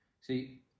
See